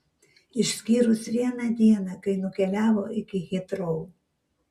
išskyrus vieną dieną kai nukeliavo iki hitrou